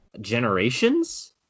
generations